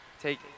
Take